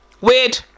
weird